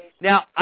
Now